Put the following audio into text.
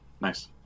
nice